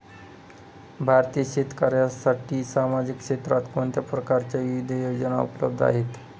भारतीय शेतकऱ्यांसाठी सामाजिक क्षेत्रात कोणत्या प्रकारच्या विविध योजना उपलब्ध आहेत?